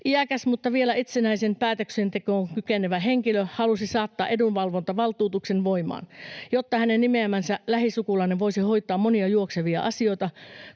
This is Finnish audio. Iäkäs mutta vielä itsenäiseen päätöksentekoon kykenevä henkilö halusi saattaa edunvalvontavaltuutuksen voimaan, jotta hänen nimeämänsä lähisukulainen voisi hoitaa monia juoksevia asioita,